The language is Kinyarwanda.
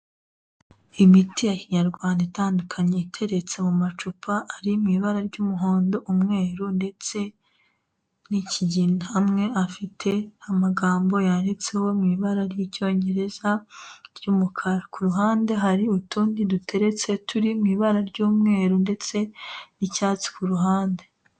Imiti ya Kinyarwanda itandukanye iteretse mu macupa ari mu ibara ry'umuhondo, umweru ndetse n'ikigina. Amwe afite amagambo yanditseho mu ibara ry' Icyongereza ry'umukara. Ku ruhande hari utundi duteretse turi mu ibara ry'umweru ndetse n'icyatsi ku ruhande.